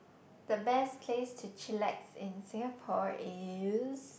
the best place to chillax in Singapore is